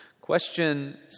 Question